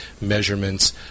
measurements